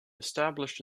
established